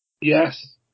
Yes